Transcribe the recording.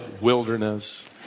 wilderness